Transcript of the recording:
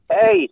Hey